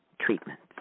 treatments